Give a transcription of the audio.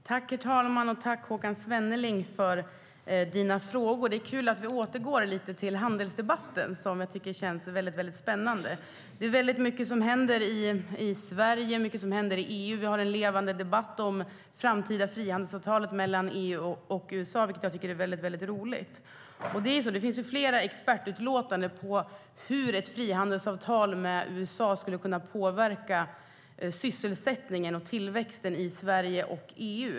Herr talman! Jag tackar Håkan Svenneling för frågorna. STYLEREF Kantrubrik \* MERGEFORMAT Riksrevisionens rapport om effektivitet i exportgarantisystemetDet finns flera expertutlåtanden om hur ett frihandelsavtal med USA skulle kunna påverka sysselsättningen och tillväxten i Sverige och EU.